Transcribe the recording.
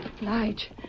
Lige